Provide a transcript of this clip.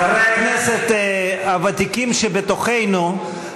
חברי הכנסת הוותיקים שבתוכנו,